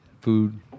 Food